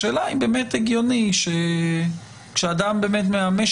לכן כשאדם מבקש